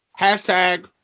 Hashtag